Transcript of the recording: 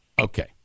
Okay